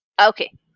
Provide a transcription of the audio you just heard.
Okay